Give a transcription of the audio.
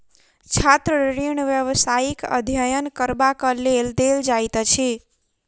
छात्र ऋण व्यवसायिक अध्ययन करबाक लेल देल जाइत अछि